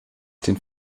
den